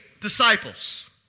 disciples